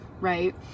right